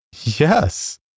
Yes